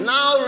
Now